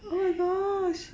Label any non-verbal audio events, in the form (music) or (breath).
(breath)